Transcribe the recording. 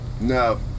No